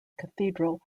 cathedral